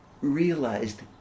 realized